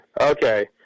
Okay